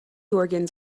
organs